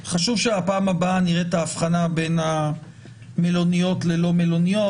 חשוב שבפעם הבאה נראה את ההבחנה בין המלוניות ללא מלוניות.